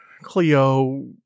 Cleo